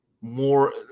more